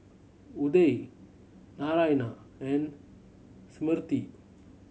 Udai Naraina and Smriti